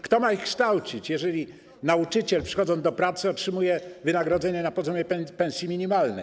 Kto ma je kształcić, jeżeli nauczyciel, przychodząc do pracy, otrzymuje wynagrodzenie na poziomie pensji minimalnej?